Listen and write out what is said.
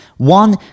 One